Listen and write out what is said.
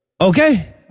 Okay